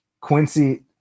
quincy